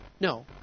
No